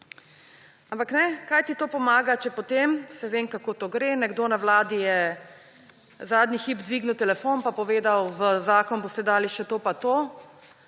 Ampak kaj ti to pomaga, če je potem – saj vem, kako to gre – nekdo na Vladi zadnji hip dvignil telefon pa povedal: v zakon boste dali še to pa to?